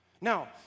Now